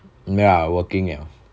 ya working